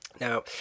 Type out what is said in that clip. Now